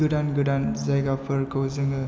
गोदान गोदान जायगाफोरखौ जोङो